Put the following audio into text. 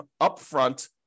upfront